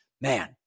man